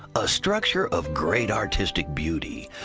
a structure of great artistic beauty,